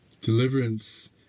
Deliverance